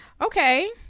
okay